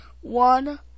one